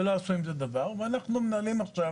ולא עשו עם זה דבר ואנחנו מנהלים עכשיו